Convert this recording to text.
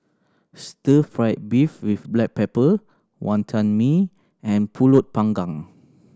stir fried beef with black pepper Wantan Mee and Pulut Panggang